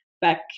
back